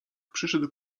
przyszedł